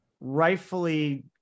rightfully